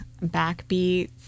Backbeats